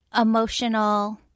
emotional